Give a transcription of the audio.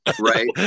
right